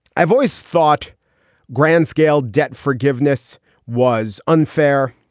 i've always thought grand scale debt forgiveness was unfair,